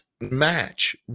match